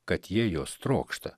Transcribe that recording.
kad jie jos trokšta